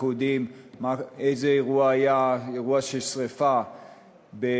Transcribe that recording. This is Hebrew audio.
אנחנו יודעים איזה אירוע היה, אירוע של שרפה באתר